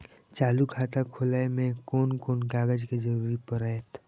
चालु खाता खोलय में कोन कोन कागज के जरूरी परैय?